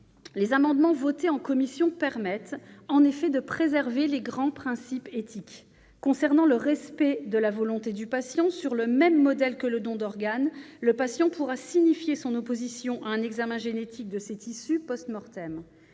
Les amendements votés en commission permettent de préserver les grands principes éthiques. Concernant le respect de sa volonté, sur le même modèle que le don d'organes, le patient pourra signifier son opposition à un examen génétique de ses tissus.